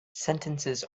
sentences